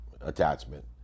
attachment